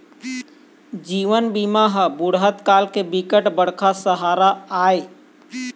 जीवन बीमा ह बुढ़त काल के बिकट बड़का सहारा आय